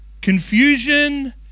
confusion